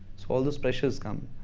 so all those pressures come.